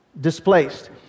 Displaced